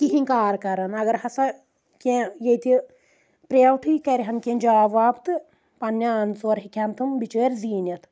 کہیٖنۍ کار کَران اگر ہسا کہنٛہہ ییٚتہِ پریویٹٕے کَرِہا کینٛہہ جاب واب تہٕ پَننہِ آنہٕ ژور ہٮ۪کہِ ہن تِم بِچٲرۍ زیٖنِتھ